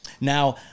Now